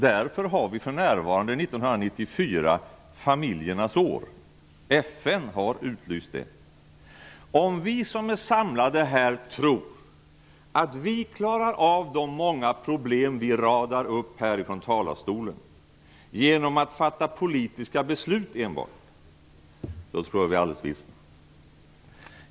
Därför har vi för närvarande, 1994, familjernas år, och det är FN som har utlyst detta. Om vi som är samlade här tror att vi klarar av de många problem som radas upp från talarstolen genom att enbart fatta politiska beslut, då tar vi alldeles miste.